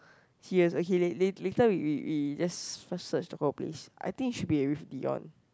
serious okay la~ later we we we just first search the whole place I think it should be with Dion